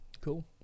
Cool